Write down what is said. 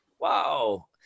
wow